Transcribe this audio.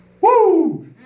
Woo